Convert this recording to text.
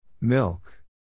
Milk